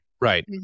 right